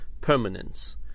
permanence